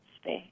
space